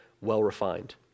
well-refined